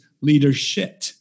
leadership